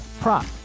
prop